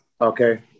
Okay